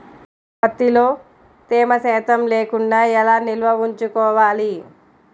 ప్రత్తిలో తేమ శాతం లేకుండా ఎలా నిల్వ ఉంచుకోవాలి?